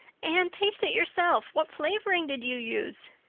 anne, taste it yourself. what flavoring did you use?